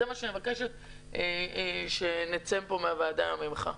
זה מה שאני מבקשת שנצא מהוועדה פה ממך.